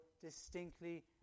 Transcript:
distinctly